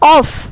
off